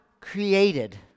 created